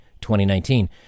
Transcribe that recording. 2019